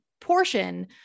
portion